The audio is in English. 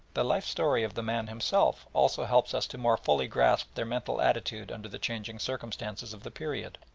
the life-story of the man himself also helps us to more fully grasp their mental attitude under the changing circumstances of the period.